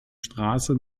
straße